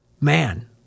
man